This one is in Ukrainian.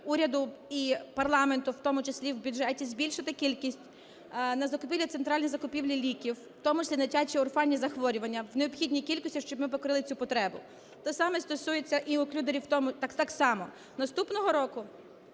уряду, і парламенту в тому числі, в бюджеті збільшити кількість на закупівлі, центральні закупівлі ліків, в тому числі на дитячі орфанні захворювання, в необхідній кількості, щоб ми покрили цю потребу. Те ж саме стосується і оклюдерів, так само. Наступного року